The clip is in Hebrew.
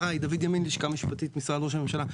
דוד ימין, לשכה משפטית, משרד ראש הממשלה.